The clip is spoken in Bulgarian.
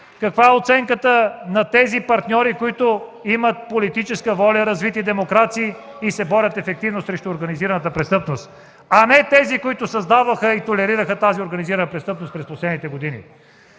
каква е оценката на тези партньори, които имат политическа воля, развити демокрации и се борят ефективно срещу организираната престъпност, а не на тези, които създаваха и толерираха тази организираната престъпност през последните години.